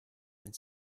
and